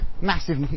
Massive